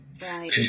Right